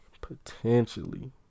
potentially